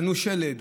בנו שלד,